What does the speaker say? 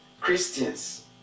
Christians